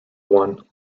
one